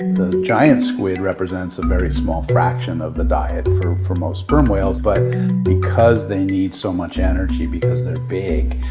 the giant squid represents a very small fraction of the diet for for most sperm whales. but because they need so much energy because they're big,